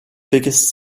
biggest